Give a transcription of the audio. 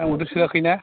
आंबोथ' सोंआखै ना